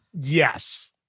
yes